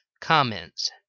Comments